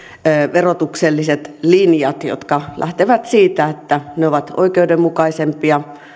verotukselliset linjat jotka lähtevät siitä että ne ovat oikeudenmukaisempia